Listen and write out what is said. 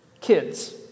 kids